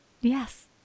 Yes